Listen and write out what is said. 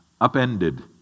upended